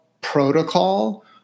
protocol